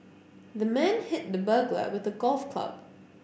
the man hit the burglar with a golf club